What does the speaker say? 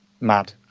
Mad